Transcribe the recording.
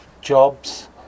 jobs